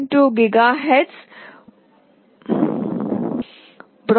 2 gigahertz Broadcom quad core 1